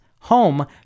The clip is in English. home